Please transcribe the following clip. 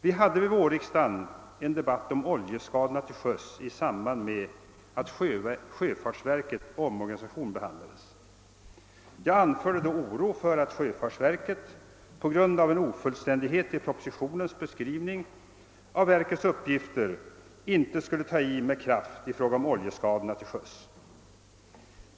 Vi hade vid vårriksdagen en debatt om oljeskadorna till sjöss i samband med att frågan om sjöfartsverkets omorganisation behandlades. Jag anförde då oro för att sjöfartsverket på grund av en ofullständighet i propositionens beskrivning av verkets uppgifter inte skulle ta i med kraft i fråga om oljeskadorna till sjöss.